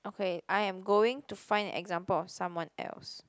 okay I am going to find an example of someone else